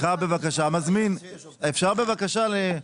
בדיוק לוקחים את עלות השכר?